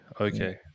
Okay